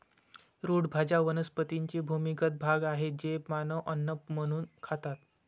route भाज्या वनस्पतींचे भूमिगत भाग आहेत जे मानव अन्न म्हणून खातात